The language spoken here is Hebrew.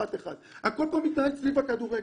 הכול פה מתנהל סביב הכדורגל,